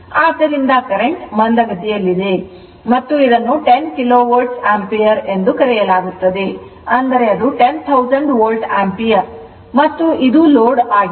ಆದ್ದರಿಂದ ಕರೆಂಟ್ ಮಂದಗತಿಯಲ್ಲಿದೆ ಮತ್ತು ಇದನ್ನು 10 ಕಿಲೋ ವೋಲ್ಟ್ ಆಂಪಿಯರ್ ಎಂದು ಕರೆಯಲಾಗುತ್ತದೆ ಅದು 10000 ವೋಲ್ಟ್ ಆಂಪಿಯರ್ ಮತ್ತು ಇದು ಲೋಡ್ ಆಗಿದೆ